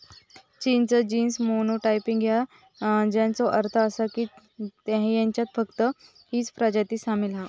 चिंच genus monotypic हा, ज्याचो अर्थ असा की ह्याच्यात फक्त हीच प्रजाती सामील हा